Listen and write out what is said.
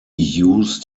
used